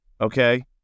Okay